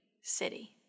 city